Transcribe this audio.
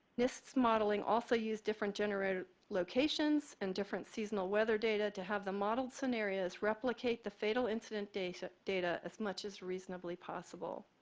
nist's modeling also used different generator locations and different seasonal weather data to have the modeled scenarios replicate the fatal incident data data as much as reasonably possible.